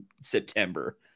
September